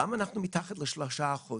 למה אנחנו מתחת לשלושה אחוזים?